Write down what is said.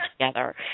together